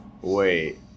Wait